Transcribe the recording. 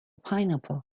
pineapple